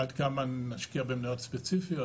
עד כמה נשקיע במניות ספציפיות,